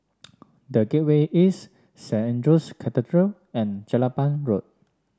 The Gateway East Saint Andrew's Cathedral and Jelapang Road